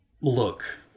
Look